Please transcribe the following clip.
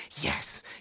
Yes